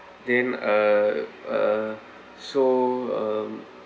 then uh so um